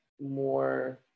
more